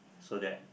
so that